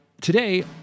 Today